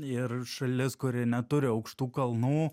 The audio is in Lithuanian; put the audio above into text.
ir šalis kuri neturi aukštų kalnų